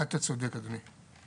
אתה צודק, אדוני.